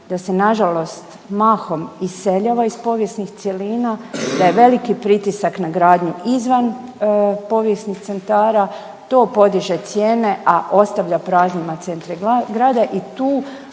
da se nažalost mahom iseljava iz povijesnih cjelina, da je veliki pritisak na gradnju izvan povijesnih centara, to podiže cijene, a ostavlja praznima centre grada i tu